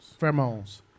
Pheromones